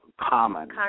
Common